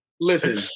Listen